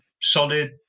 solid